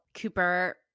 cooper